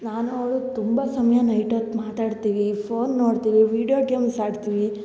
ನಾನು ಅವಳು ತುಂಬ ಸಮಯ ನೈಟ್ ಹೊತ್ತು ಮಾತಾಡ್ತೀವಿ ಫೋನ್ ನೋಡ್ತೀವಿ ವಿಡಿಯೋ ಗೇಮ್ಸ್ ಆಡ್ತೀವಿ